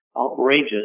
outrageous